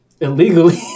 illegally